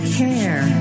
care